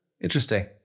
Interesting